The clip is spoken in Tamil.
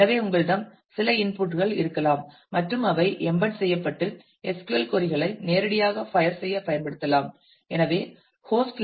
எனவே உங்களிடம் சில இன்புட் கள் இருக்கலாம் மற்றும் அவை எம்பெட் செய்யப்பட்ட SQL கொறி களை நேரடியாக ஃபயர் செய்ய பயன்படுத்தலாம்